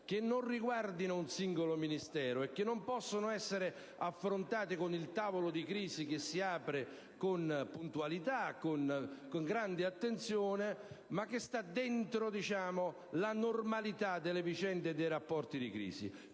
che non riguardano un singolo Ministero e che non possono essere affrontate con un tavolo di crisi che si apre sì con puntualità e con grande attenzione, ma che sta dentro la normalità delle vicende e dei rapporti di crisi.